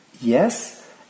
Yes